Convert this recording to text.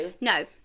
no